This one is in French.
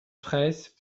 fraysse